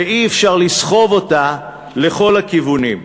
ואי-אפשר לסחוב אותה לכל הכיוונים.